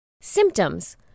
Symptoms